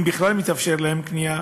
אם בכלל מתאפשר להם לקנות,